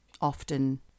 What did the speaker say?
often